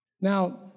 Now